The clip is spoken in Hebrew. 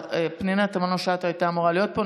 פנינה תמנו שטה הייתה אמורה להיות פה.